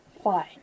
Fine